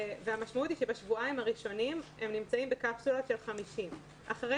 המשמעות היא שבשבועיים הראשונים הם נמצאים בקפסולה של 50. אחרי